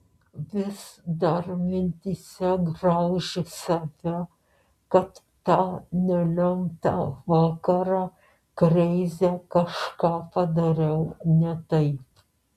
vis dar mintyse graužiu save kad tą nelemtą vakarą kreize kažką padariau ne taip